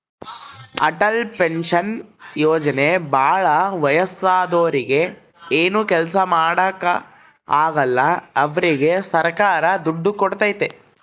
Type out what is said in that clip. Atal pension ಯೋಜನೆ ಭಾಳ ವಯಸ್ಸಾದೂರಿಗೆ ಏನು ಕೆಲ್ಸ ಮಾಡಾಕ ಆಗಲ್ಲ ಅವ್ರಿಗೆ ಸರ್ಕಾರ ದುಡ್ಡು ಕೋಡ್ತೈತಿ